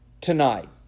tonight